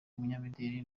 umunyamideli